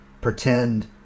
pretend